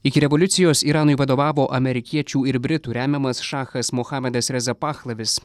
iki revoliucijos iranui vadovavo amerikiečių ir britų remiamas šachas mohamadas reza pahlavis